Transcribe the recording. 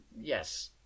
Yes